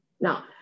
Now